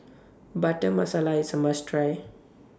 Butter Masala IS A must Try